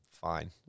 fine